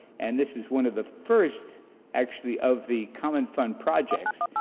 and this is one of the first actually of the common fund projects,